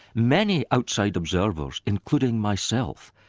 many outside observers, including myself,